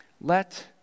Let